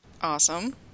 Awesome